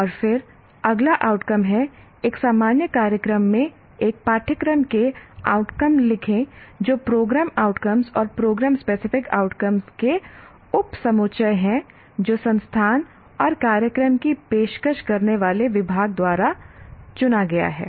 और फिर अगला आउटकम है एक सामान्य कार्यक्रम में एक पाठ्यक्रम के आउटकम लिखें जो प्रोग्राम आउटकम्स और प्रोग्राम स्पेसिफिक आउटकम्स के उपसमुच्चय है जो संस्थान और कार्यक्रम की पेशकश करने वाले विभाग द्वारा चुना गया है